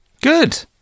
Good